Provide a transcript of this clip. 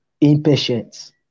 impatience